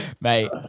Mate